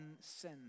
sin